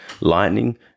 lightning